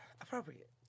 Appropriate